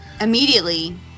Immediately